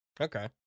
Okay